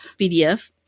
PDF